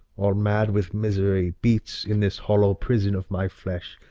all mad with misery, beats in this hollow prison of my flesh,